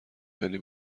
خیلی